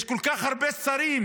יש כל כך הרבה שרים